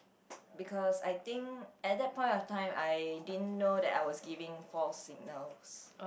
because I think at that point of time I didn't know that I was giving false signals